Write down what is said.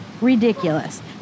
ridiculous